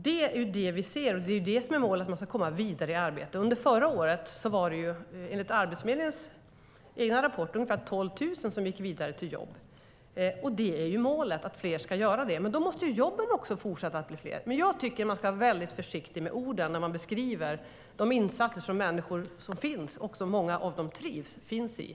Det är det vi ser, och det är det som är målet: att man ska komma vidare i arbete. Under förra året var det enligt Arbetsförmedlingens egen rapport ungefär 12 000 som gick vidare till jobb. Målet är att fler ska göra det, men då måste jobben fortsätta att bli fler. Men jag tycker att man ska vara väldigt försiktig med orden när man beskriver de insatser som människor finns i och som många trivs med.